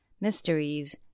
mysteries